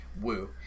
woo